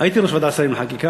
הייתי ראש ועדת השרים לחקיקה,